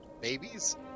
babies